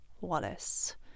Wallace